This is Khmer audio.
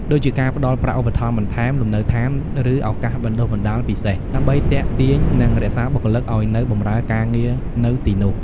ដូចជាការផ្តល់ប្រាក់ឧបត្ថម្ភបន្ថែម លំនៅឋាន ឬឱកាសបណ្តុះបណ្តាលពិសេស ដើម្បីទាក់ទាញ និងរក្សាបុគ្គលិកឱ្យនៅបម្រើការងារនៅទីនោះ។